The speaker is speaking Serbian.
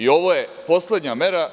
Ovo je poslednja mera.